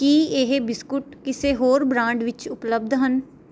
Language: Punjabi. ਕੀ ਇਹ ਬਿਸਕੁਟ ਕਿਸੇ ਹੋਰ ਬ੍ਰਾਂਡ ਵਿੱਚ ਉਪਲੱਬਧ ਹਨ